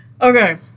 Okay